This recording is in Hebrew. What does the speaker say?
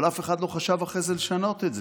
אבל אף אחד לא חשב אחרי זה לשנות את זה,